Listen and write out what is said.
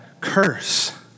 curse